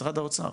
משרד האוצר,